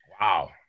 Wow